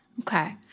Okay